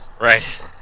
right